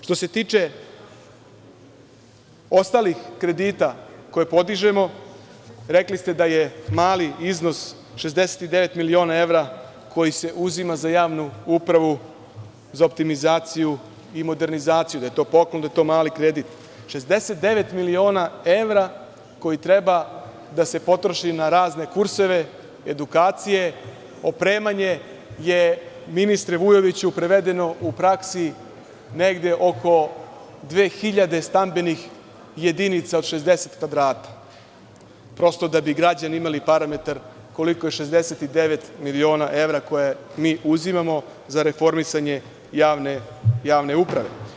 Što se tiče ostalih kredita koje podižemo, rekli ste da je mali iznos 69 miliona evra koji se uzima za javnu upravu, za optimizaciju i modernizaciju, da je to poklon, da je to mali kredit, 69 miliona evra koji treba da se potroši razne kurseve, edukacije, opremanje je, ministre Vujoviću, prevedeno u praksi negde oko 2000 stambenih jedinica od 60 kvadrata, prosto da bi građani imali parametar koliko je 69 miliona evra koje mi uzimamo za reformisanje javne uprave.